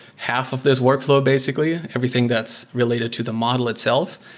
half of those workflow, basically, everything that's related to the model itself,